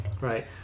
Right